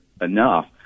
enough